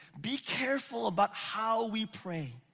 be careful about how we pray.